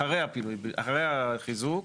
אחרי החיזוק,